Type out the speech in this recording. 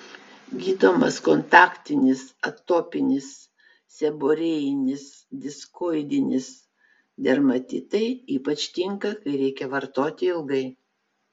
gydomas kontaktinis atopinis seborėjinis diskoidinis dermatitai ypač tinka kai reikia vartoti ilgai